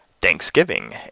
Thanksgiving